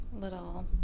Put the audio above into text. little